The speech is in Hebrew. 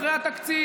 אחרי התקציב.